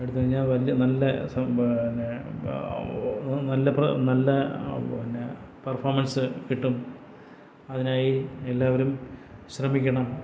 എടുത്തുഴിഞ്ഞാല് വലിയ നല്ല പിന്നേ നല്ല നല്ല പെന്നെ പെർഫോമൻസ് കിട്ടും അതിനായി എല്ലാവരും ശ്രമിക്കണം